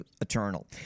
eternal